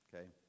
okay